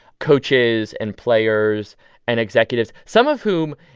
coaches and players and executives some of whom,